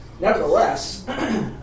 nevertheless